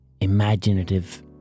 imaginative